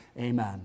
amen